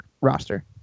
roster